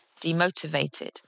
demotivated